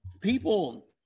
people